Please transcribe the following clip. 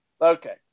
Okay